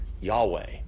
Yahweh